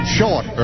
Short